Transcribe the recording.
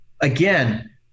again